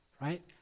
Right